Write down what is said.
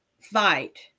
fight